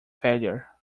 failure